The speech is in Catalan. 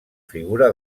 figura